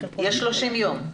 יש 30 יום.